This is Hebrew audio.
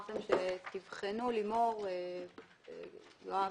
לימור ויואב,